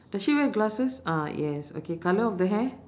does she wear glasses ah yes okay colour of the hair